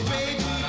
Baby